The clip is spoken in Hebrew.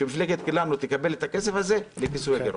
שמפלגת כולנו תקבל את הכסף הזה לכיסוי הגירעונות.